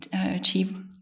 achieve